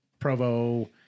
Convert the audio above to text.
Provo